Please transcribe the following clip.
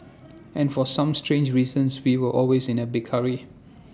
and for some strange reasons we were always in A big hurry